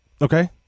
Okay